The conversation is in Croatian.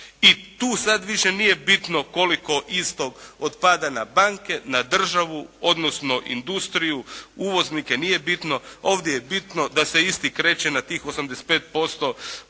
I tu sad više nije bitno koliko istog otpada na banke, na državu odnosno industriju, uvoznike, nije bitno. Ovdje je bitno da se isti kreće na tih 85% bruto